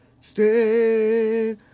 Stay